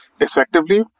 Effectively